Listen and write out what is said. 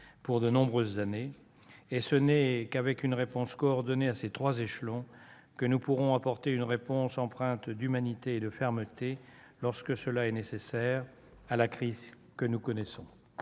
pour de nombreuses années. Et ce n'est qu'avec une réponse coordonnée à ces trois échelons que nous pourrons apporter une réponse empreinte d'humanité et de fermeté, lorsque cela est nécessaire, à la crise que nous connaissons.